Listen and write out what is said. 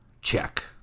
check